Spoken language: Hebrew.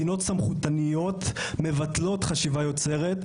מדינות סמכותניות מבטלות חשיבה יוצרת,